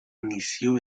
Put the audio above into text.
inició